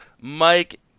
Mike